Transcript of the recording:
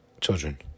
children